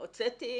הוצאתי